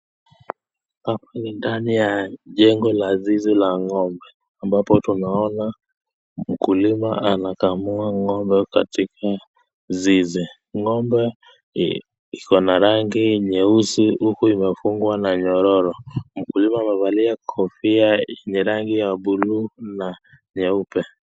Hapa ni ndani ya jengo la zizi la ng'ombe ambapo tunaona mkulima anakamua ng'ombe katika zizi. Ng'ombe iko na rangi nyeusi huku imefungwa na nyororo. Mkulima amevalia kofia yenye rangi ya blue na nyeupe.